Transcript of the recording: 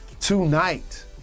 Tonight